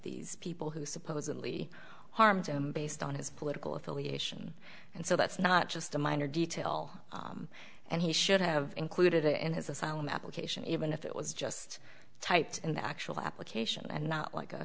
these people who supposedly harmed him based on his political affiliation and so that's not just a minor detail and he should have included it in his asylum application even if it was just typed in the actual application and not like a